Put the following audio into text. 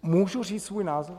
Můžu říct svůj názor?